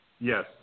Yes